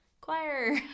choir